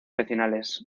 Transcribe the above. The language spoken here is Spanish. vecinales